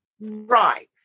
Right